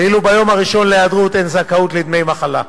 ואילו ביום הראשון להיעדרות אין זכאות לדמי מחלה.